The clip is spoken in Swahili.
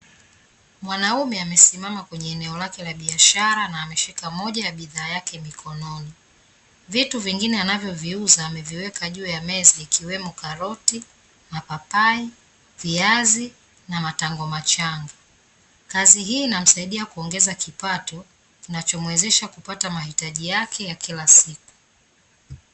Mwanaume amesimama kwenye eneo lake la biashara na ameshika moja ya bidhaa yake mikononi. Vitu vingine anavyoviuza ameviweka juu ya meza ikiwemo karoti, mapapai, viazi na matango machanga. Kazi hii inamsaidia kuongeza kipato kinacho muwezesha kupata mahitaji yake ya kila siku.